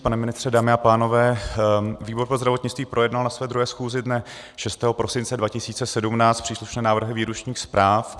Pane ministře, dámy a pánové, výbor pro zdravotnictví projednal na své 2. schůzi dne 6. prosince 2017 příslušné návrhy výročních zpráv.